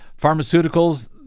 pharmaceuticals